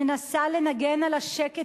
מנסה לנגן על ה"שקט,